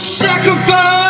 sacrifice